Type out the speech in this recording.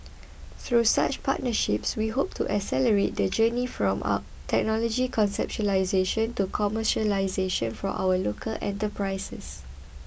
through such partnerships we hope to accelerate the journey from technology conceptualisation to commercialisation for our local enterprises